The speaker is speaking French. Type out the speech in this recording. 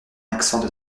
accent